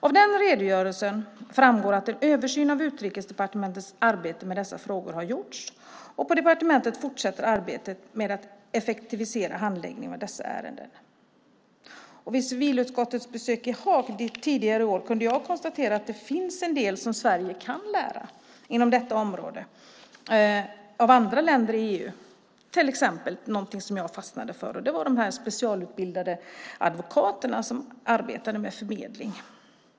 Av den redogörelsen framgår att en översyn av Utrikesdepartementets arbete med dessa frågor har gjorts, och på departementet fortsätter arbetet med att effektivisera handläggningen av dessa ärenden. Vid civilutskottets besök i Haag tidigare i år kunde jag konstatera att det finns en del som Sverige kan lära inom detta område av andra länder i EU. Det gäller till exempel någonting som jag fastnade för, och det var de specialutbildade advokaterna, som arbetade med förmedling.